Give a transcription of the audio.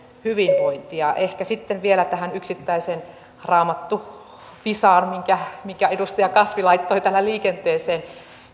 hyvinvointia ehkä sitten vielä tähän yksittäiseen raamattuvisaan minkä edustaja kasvi laittoi täällä liikenteeseen